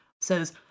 says